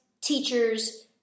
teachers